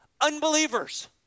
Unbelievers